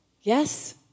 Yes